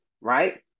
right